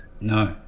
no